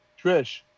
Trish